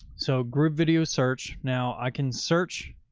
so groovevideo search. now i can search.